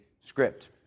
script